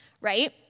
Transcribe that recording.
right